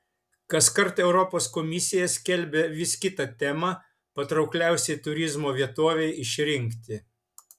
kaskart europos komisija skelbia vis kitą temą patraukliausiai turizmo vietovei išrinkti